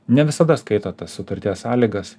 ne visada skaito tas sutarties sąlygas